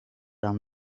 aan